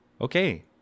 Okay